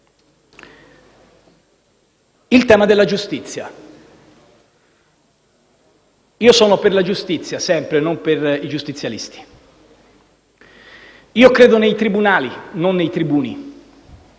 il tema della giustizia. Io sono per la giustizia sempre, non per i giustizialisti. Io credo nei tribunali, non nei tribuni.